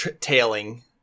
tailing